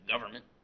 government